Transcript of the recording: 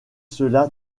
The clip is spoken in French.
cela